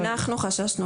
אנחנו חששנו,